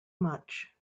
much